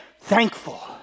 thankful